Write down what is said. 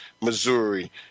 Missouri